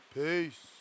Peace